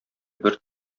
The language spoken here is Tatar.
бер